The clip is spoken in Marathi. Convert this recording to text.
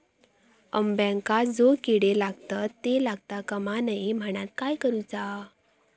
अंब्यांका जो किडे लागतत ते लागता कमा नये म्हनाण काय करूचा?